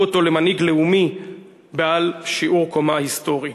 אותו למנהיג לאומי בעל שיעור קומה היסטורי.